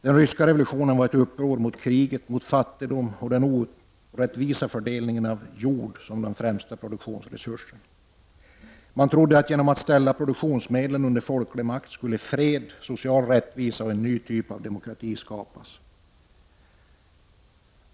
Den ryska revolutionen var ett uppror mot kriget, fattigdomen och den orättvisa fördelningen av jorden som den främsta produktionsresursen. Man trodde att genom att ställa produktionsmedlen under folklig makt fred, social rättvisa och en ny typ av demokrati skulle skapas.